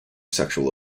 sexual